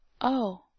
Oh